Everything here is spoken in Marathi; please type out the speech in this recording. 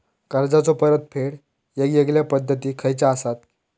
कर्जाचो परतफेड येगयेगल्या पद्धती खयच्या असात?